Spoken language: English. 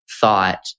thought